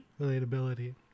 Relatability